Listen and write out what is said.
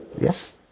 Yes